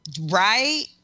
right